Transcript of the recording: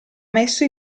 messo